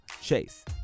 Chase